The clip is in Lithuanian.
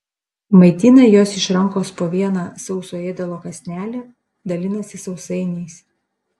maitina juos iš rankos po vieną sauso ėdalo kąsnelį dalinasi sausainiais